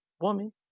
woman